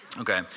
Okay